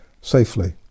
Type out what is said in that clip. safely